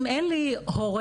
אם אין לי הורה,